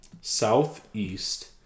Southeast